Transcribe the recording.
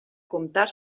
comptar